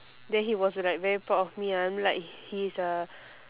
then he was like very proud of me ah I'm like his uh